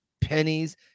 pennies